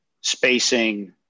spacing